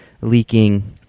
leaking